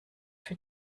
für